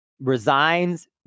resigns